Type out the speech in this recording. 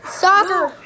soccer